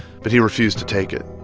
but he refused to take it.